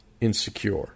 insecure